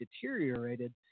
deteriorated